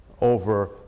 over